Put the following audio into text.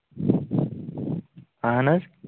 اہن حظ